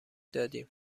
دادیم